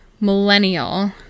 millennial